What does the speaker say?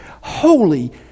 holy